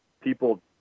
people